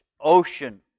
ocean